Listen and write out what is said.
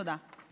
תודה.